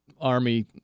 Army